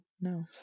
No